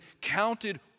counted